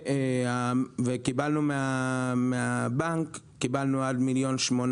וקיבלנו מהבנק עד 1.8 מיליון.